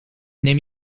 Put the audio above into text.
neem